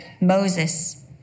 Moses